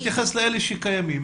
לא, אבל בואו נתייחס לאלה שקיימים.